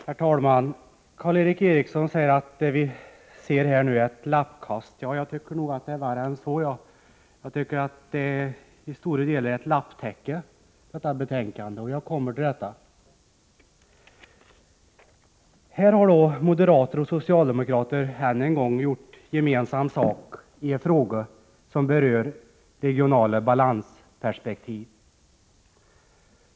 Herr talman! Karl Erik Eriksson säger att vad vi nu bevittnat är ett lappkast. Jag tycker nog att det är värre än så — till stora delar är detta betänkande ett lapptäcke. Jag återkommer till detta. Här har moderater och socialdemokrater än en gång gjort gemensam sak i en fråga som berör regionala balansperspektiv.